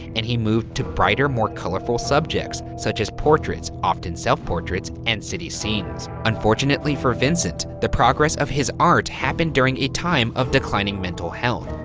and he moved to brighter, more colorful subjects, such as portraits, often self portraits, and city scenes. unfortunately for vincent, the progress of his art happened during a time of declining mental health,